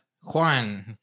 Juan